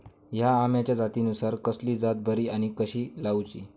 हया आम्याच्या जातीनिसून कसली जात बरी आनी कशी लाऊची?